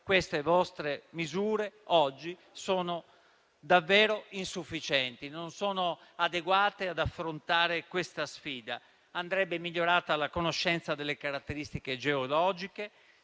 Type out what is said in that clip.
queste vostre misure sono davvero insufficienti e non sono adeguate ad affrontare questa sfida. Andrebbe migliorata la conoscenza delle caratteristiche geologiche,